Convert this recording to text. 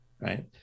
right